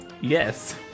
Yes